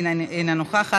אינה נוכחת,